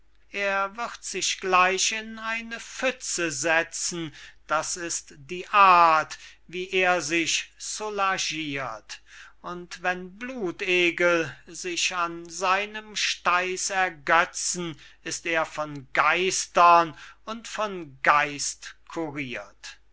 er wird sich gleich in eine pfütze setzen das ist die art wie er sich soulagirt und wenn blutegel sich an seinem steiß ergötzen ist er von geistern und von geist kurirt